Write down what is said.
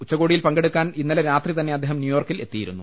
ഉച്ചകോടിയിൽ പങ്കെടുക്കാൻ ഇന്നലെ രാത്രി തന്നെ അദ്ദേഹം ന്യൂയോർക്കിൽ എത്തിയിരുന്നു